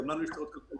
גם לנו יש צרות כלכליות.